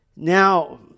Now